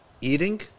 eating